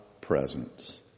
presence